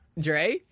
Dre